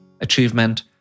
achievement